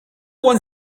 one